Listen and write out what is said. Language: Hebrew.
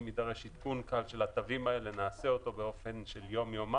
אם יידרש עדכון קל של התווים האלה נעשה אותו תוך יום יומיים.